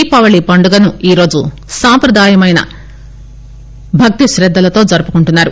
దీపావళీ పండుగను ఈరోజు సాంప్రదాయపరమైన భక్తి శ్రద్దలతో జరుపుకుంటున్నారు